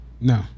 no